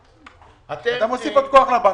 בדיוק, אתה מוסיף עוד כוח לבנק.